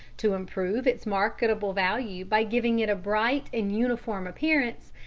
to improve its marketable value by giving it a bright and uniform appearance,